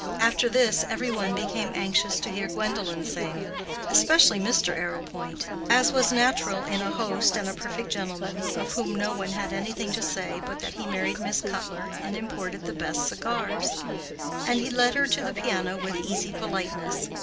after this every one became anxious to hear gwendolen sing especially mr. arrowpoint as was natural in a host and a perfect gentleman, of whom no one had anything to say but that he married miss cuttler and imported the best cigars and he led her to the piano with easy politeness.